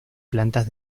plantas